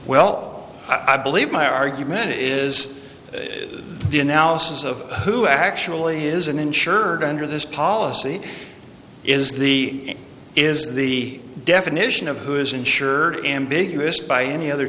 well i believe my argument is the analysis of who actually is and insured under this policy is the is the definition of who is insured ambiguous by any other